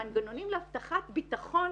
המנגנונים להבטחת ביטחון